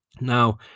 Now